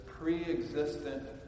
pre-existent